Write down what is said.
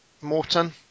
Morton